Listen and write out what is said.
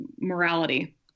morality